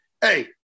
Hey